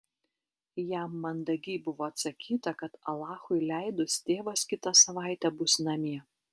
jam mandagiai buvo atsakyta kad alachui leidus tėvas kitą savaitę bus namie